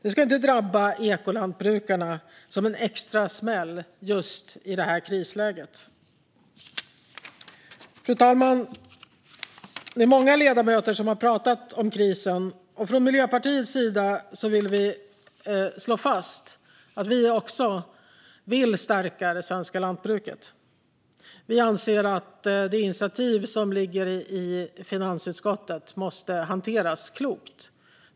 Det ska inte drabba ekolantbrukarna som en extra smäll just i det här krisläget. Fru talman! Det är många ledamöter som har pratat om krisen, och från Miljöpartiets sida vill vi slå fast att även vi vill stärka det svenska lantbruket. Vi anser att det initiativ som ligger i finansutskottet måste hanteras klokt.